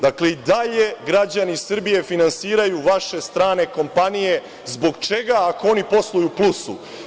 Dakle, i dalje građani Srbije finansiraju vaše strane kompanije, zbog čega, ako oni posluju u plusu?